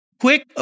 quick